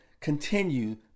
continue